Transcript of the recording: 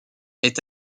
est